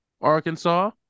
Arkansas